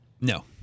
No